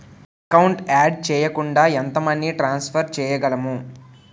Account add చేయకుండా ఎంత money transfer చేయగలము?